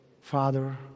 Father